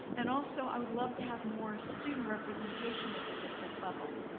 and also, i would love to have more student representation at the district level.